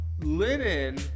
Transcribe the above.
Linen